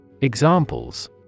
Examples